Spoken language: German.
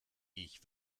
ich